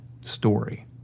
story